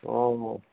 অ